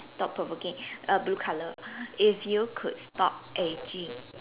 thought provoking err blue colour if you could stop ageing